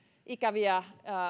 ikäviä